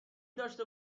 داشته